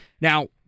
Now